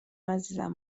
عزیزم